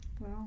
wow